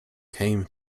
came